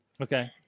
Okay